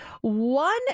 One